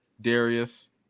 darius